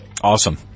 Awesome